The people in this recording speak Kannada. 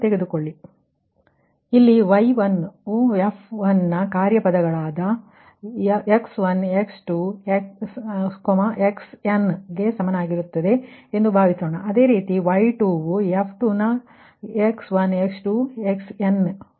f ಆದ್ದರಿಂದ y1 ವು f1 ನ ಕಾರ್ಯ ಪದಗಳಾದ x1 x2 xn ಸಮನಾಗಿರುತ್ತದೆ ಎಂದು ಭಾವಿಸೋಣ ಅದೇ ರೀತಿ y2 ವು f2 ವಿನ x1 x2 ನಿಂದ ವರೆಗೂ xn ಸಮಾನವಾಗಿದ್ದರೆ